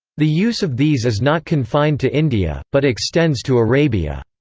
the use of these is not confined to india, but extends to arabia.